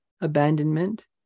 abandonment